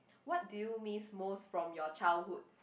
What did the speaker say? what do you miss most from your childhood